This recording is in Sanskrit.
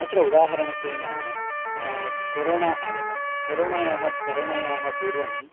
अत्र उदाहरणत्वेन कोरोणा आगतं कोरोणायाः करोणायाः पूर्वम्